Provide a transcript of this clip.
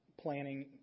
planning